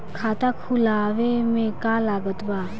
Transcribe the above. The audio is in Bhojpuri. खाता खुलावे मे का का लागत बा?